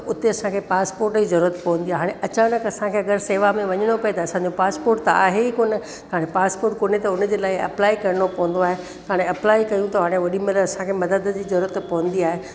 उते असां खे पास्पोर्ट जी ज़रूरत पवंदी आहे हाणे अचानक असां खे अगरि सेवा में वञिणो पए त असां जो पास्पोर्ट त आहे ई कोन त हाणे पासपोर्ट कोन्हे त उन जे लाइ अप्लाए करिणो पवंदो आहे त हाणे अप्लाए कयूं था हाणे ओॾी महिल असां खे मदद जी ज़रूरत पवंदी आहे